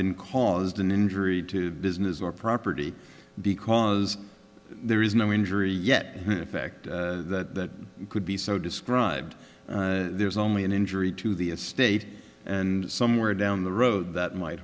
been caused an injury to business or property because there is no injury yet the fact that it could be so described there is only an injury to the estate and somewhere down the road that might